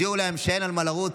תודיעו להם שאין להם מה לרוץ.